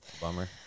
Bummer